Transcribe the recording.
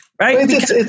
right